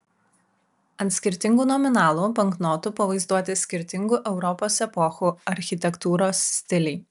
ant skirtingų nominalų banknotų pavaizduoti skirtingų europos epochų architektūros stiliai